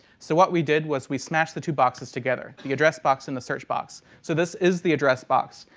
so what we did was we smashed the two boxes together, the address box and the search box. so this is the address box,